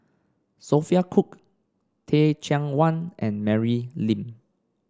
Sophia Cooke Teh Cheang Wan and Mary Lim